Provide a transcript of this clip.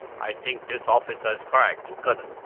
i think this officer is correct colonel,